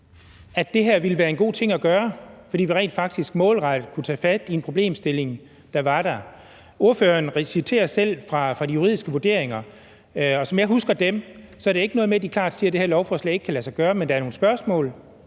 at det her ville være en god ting at gøre, fordi vi rent faktisk målrettet kunne tage fat i en problemstilling, der var der. Ordføreren citerer selv fra de juridiske vurderinger, og som jeg husker dem, er det ikke noget med, at de klart siger, at det her beslutningsforslag ikke kan lade sig gøre, men at der er nogle spørgsmål.